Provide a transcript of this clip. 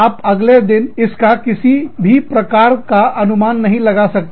आप अगले दिन इसका किसी भी प्रकार का अनुमान नहीं लगा सकते